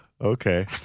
Okay